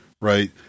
right